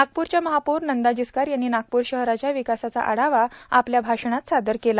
नागपूरच्या महापौर नंदा जिचकार यांनी नागपूर शहराच्या विकासाच्या आढावा आपल्या भाषणात सादर केला